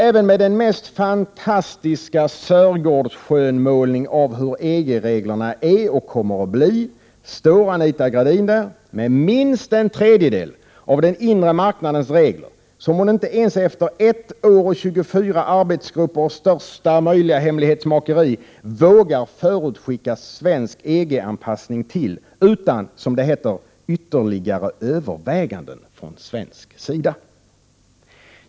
Även med den mest fantastiska Sörgårdsskönmålning av hur EG-reglerna är och kommer att bli, står Anita Gradin där med minst en tredjedel av den inre marknadens regler som hon inte ens efter ett år och 24 arbetsgrupper och största möjliga hemlighetsmakeri vågar förutskicka svensk EG-anpassning till utan, som det heter, ytterligare överväganden från svensk sida.